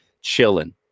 chilling